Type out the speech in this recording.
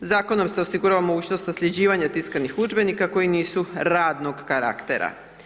Zakonom se osigurava mogućnost nasljeđivanja tiskanih udžbenika koji nisu radnog karaktera.